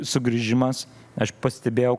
sugrįžimas aš pastebėjau